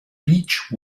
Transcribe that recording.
beech